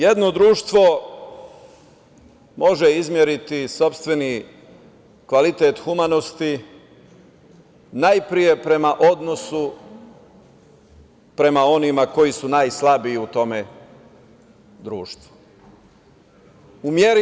Jedno društvo može izmeriti sopstveni kvalitet humanosti najpre prema odnosu prema onima koji su najslabiji u tom društvu.